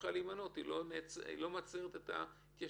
ממשיכה להימנות, היא לא עוצרת את ההתיישנות.